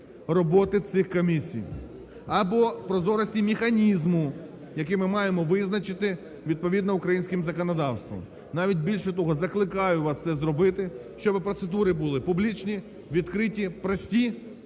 роботи цих комісій або прозорості механізму, який ми маємо визначити відповідно українському законодавству. Навіть більше того, закликаю вас це зробити, щоби процедури були публічні, відкриті, прості,